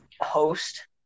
host